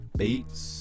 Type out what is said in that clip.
beats